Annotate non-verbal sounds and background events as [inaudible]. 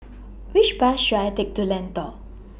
[noise] Which Bus should I Take to Lentor